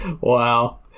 wow